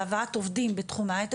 להבאת עובדים בתחום ההיי טק.